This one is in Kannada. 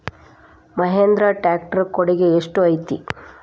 ಮಹಿಂದ್ರಾ ಟ್ಯಾಕ್ಟ್ ರ್ ಕೊಡುಗೆ ಎಷ್ಟು ಐತಿ?